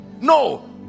no